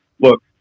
look